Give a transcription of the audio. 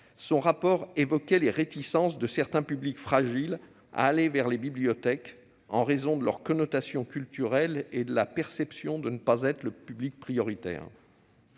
Son rapport évoquait les réticences de certains publics fragiles à aller vers les bibliothèques en raison de leur connotation culturelle et de la perception de ne pas être le public prioritaire.